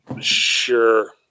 Sure